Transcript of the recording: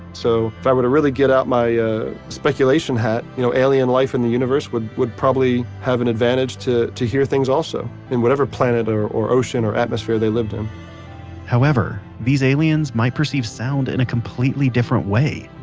so if i were to really get out my speculation hat, y'know alien life in the universe would would probably have an advantage to to hear things also. in whatever planet or or ocean or atmosphere they lived in however, these aliens might perceive sound in a completely different way,